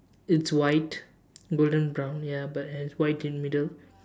it's white golden brown ya but has white in middle